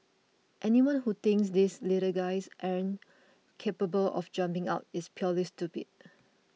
anyone who thinks these little guys aren't capable of jumping out is purely stupid